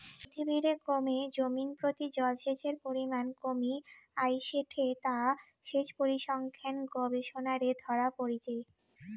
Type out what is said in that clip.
পৃথিবীরে ক্রমে জমিনপ্রতি জলসেচের পরিমান কমি আইসেঠে তা সেচ পরিসংখ্যান গবেষণারে ধরা পড়িচে